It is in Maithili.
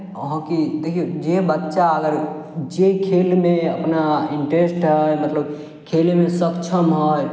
हॉकी देखियौ जे बच्चा अगर जे खेलमे अपना इंट्रेस्ट हइ मतलब खेलयमे सक्षम हइ